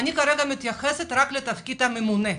אני מתייחסת כרגע רק לתפקיד הממונה,